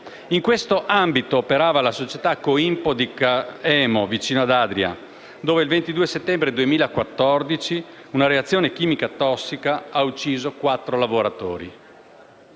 In questo ambito operava la società Coimpo di Cà Emo, vicino ad Adria, dove il 22 settembre 2014 una reazione chimica tossica ha ucciso quattro lavoratori.